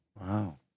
Wow